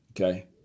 Okay